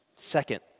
Second